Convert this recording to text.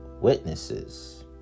witnesses